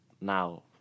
now